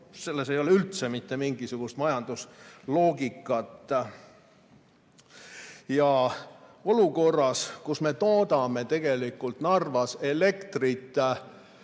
selles ei ole üldse mitte mingisugust majandusloogikat. Olukorras, kus me toodame tegelikult Narvas elektritcirca50